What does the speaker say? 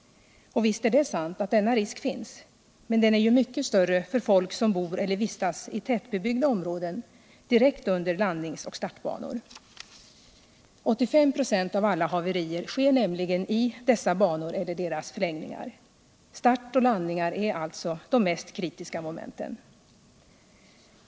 Och visst är det sant att denna risk finns, men den är ju mycket större om folk bor eller vistas i tätbebyggda områden i direkt anslutning till landnings och startbanor. 85 96 av alla haverier sker nämligen i dessa banor eller deras förlängningar. Start och landning är alltså de mest kritiska momenten.